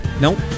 Nope